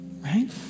right